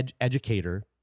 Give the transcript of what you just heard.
educator